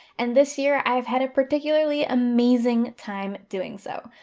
and this year, i've had a particularly amazing time doing so.